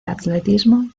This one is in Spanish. atletismo